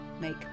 make